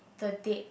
the dead